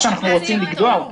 שאנחנו רוצים לגדוע אותה.